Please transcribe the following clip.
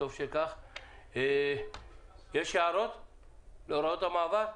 יש הערות להוראות המעבר?